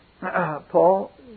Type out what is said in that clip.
Paul